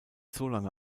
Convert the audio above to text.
solange